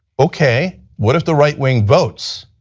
okay, what if the right-wing votes?